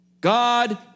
God